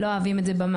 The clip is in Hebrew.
לא אוהבים את זה במערכת.